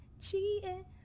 cheating